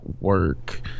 work